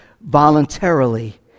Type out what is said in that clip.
voluntarily